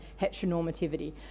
heteronormativity